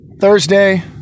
Thursday